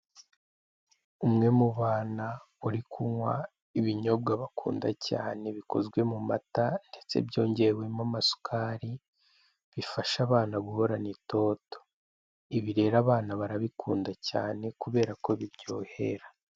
Umwe mu bana uri kunywa ibinyobwa bakunda cyane bikozwe mu mata, ndetse byongewemo amasukari bifasha abana guhorana itoto, ibi rero abana barabikunda cyane kubera ko biryohera.